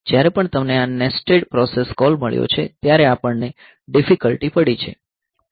જ્યારે પણ તમને આ નેસ્ટેડ પ્રોસેસ કોલ મળ્યો છે ત્યારે આપણને ડિફિકલ્ટી પડી છે